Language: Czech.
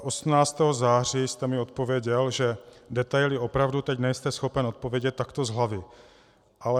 18. září jste mi odpověděl, že detaily opravdu teď nejste schopen odpovědět takto z hlavy, ale: